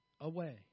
away